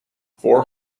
four